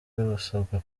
basabwa